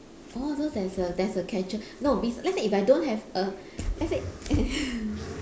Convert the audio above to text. orh so there's a there's a catcher no we let's say if don't have a let's say